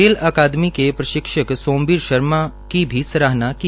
खेल अकादमी के प्रशिक्षक सोमबीर शर्मा की भी सराहना की